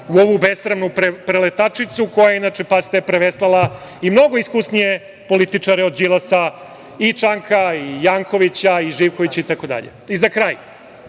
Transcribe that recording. u ovu besramnu preletačicu koja je, inače, pazite, preveslala i mnogo iskusnije političare od Đilasa i Čanka i Jankovića i Živkovića itd.Za kraj,